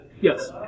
Yes